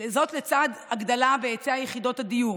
זאת, לצד הגדלה בהיצע יחידות הדיור.